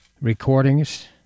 recordings